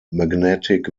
magnetic